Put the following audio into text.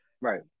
Right